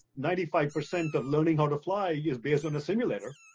ninety five percent of learning how to fly is based on a simulator,